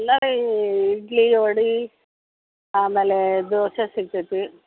ಅಲ್ಲ ರೀ ಇಡ್ಲಿ ವಡೆ ಆಮೇಲೆ ದೋಸೆ ಸಿಗ್ತತೆ